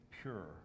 pure